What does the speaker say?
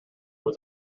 was